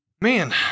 man